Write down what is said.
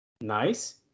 Nice